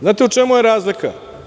Znate u čemu je razlika?